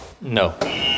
No